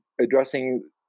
addressing